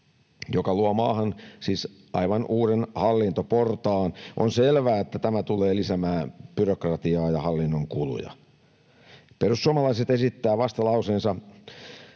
joka luo maahan siis aivan uuden hallintoportaan. On selvää, että tämä tulee lisäämään byrokratiaa ja hallinnon kuluja. Perussuomalaiset esittävät vastalauseensa